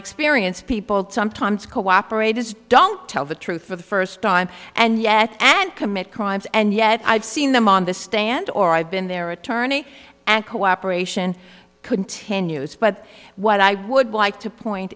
experience people time times cooperate is don't tell the truth for the first time and yet and commit crimes and yet i've seen them on the stand or i've been their attorney and cooperation continues but what i would like to point